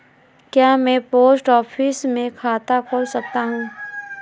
क्या मैं post office में खाता खोल सकता हूँ?